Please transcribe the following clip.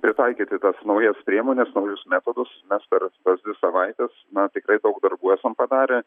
pritaikyti tas naujas priemones naujus metodus mes per tas dvi savaites na tikrai daug darbų esam padarę